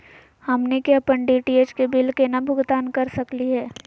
हमनी के अपन डी.टी.एच के बिल केना भुगतान कर सकली हे?